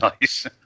nice